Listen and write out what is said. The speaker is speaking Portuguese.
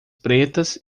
pretas